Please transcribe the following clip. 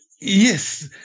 Yes